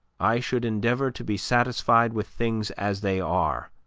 i should endeavor to be satisfied with things as they are,